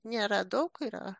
nėra daug yra